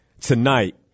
tonight